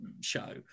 show